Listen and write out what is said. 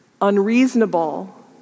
unreasonable